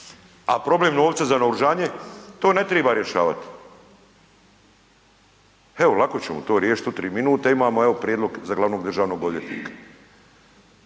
a problem novca za naoružanje to ne triba rješavat. Evo, lako ćemo to riješiti u 3 minute evo imamo prijedlog za glavnog državnog odvjetnika.